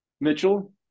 Mitchell